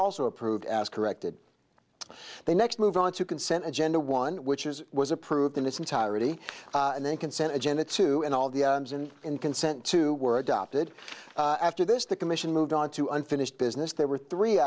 also approved asked corrected the next move onto consent agenda one which is was approved in its entirety and then consent agenda two and all the consent to were adopted after this the commission moved on to unfinished business there were three